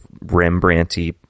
Rembrandt-y